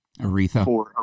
Aretha